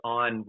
on